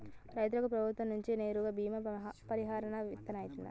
రైతులకు ప్రభుత్వం నుండి నేరుగా బీమా పరిహారం వత్తదా?